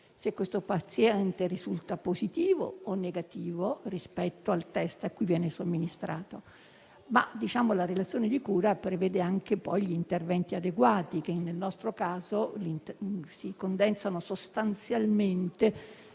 se questo paziente risulta positivo o negativo rispetto al test a cui viene sottoposto. Ma la relazione di cura prevede anche interventi adeguati, che nel nostro caso si condensano sostanzialmente